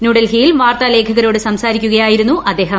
ന്യൂഡൽഹിയിൽ വാർത്താലേഖകരോട് സംസാരിക്കുകയായിരുന്നു അദ്ദേഹം